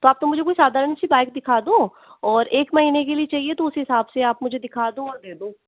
तो आप तो मुझे कोई साधारण सी बाइक दिखा दो और एक महीने के लिए चाहिए तो उस हिसाब से आप मुझे दिखा दो और दे दो